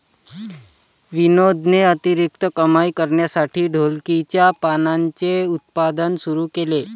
विनोदने अतिरिक्त कमाई करण्यासाठी ढोलकीच्या पानांचे उत्पादन सुरू केले